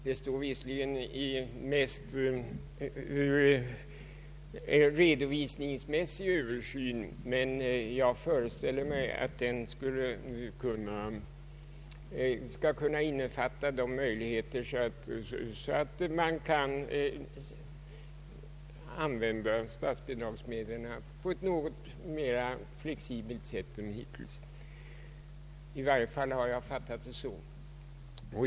Det står visserligen en ”redovisningsmässig översyn”, men jag föreställer mig att den skall kunna innefatta möjligheter som tillåter användning av statsbidragsmedlen på ett mera flexibelt sätt än hittills. I varje fall har jag fattat det så.